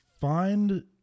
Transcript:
find